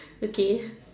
okay